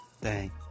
Thank